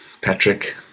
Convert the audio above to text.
patrick